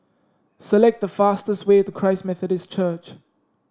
select the fastest way to Christ Methodist Church